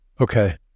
Okay